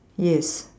yes